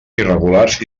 irregulars